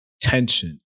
tension